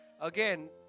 again